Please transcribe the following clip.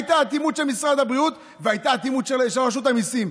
הייתה אטימות של משרד הבריאות והייתה אטימות של רשות המיסים.